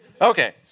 Okay